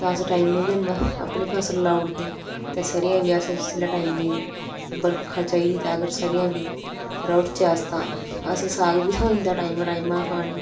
तां असें टाइमें दी अपनी फसल लाउड़दे ते सरेआं बी असें जिसलै टाइमे दी बरखा चाहिदी तां अगर सरेआं बी राही ओड़चै अस तां असें साग बी थ्होई जंदा टाइमा टाइमा खाने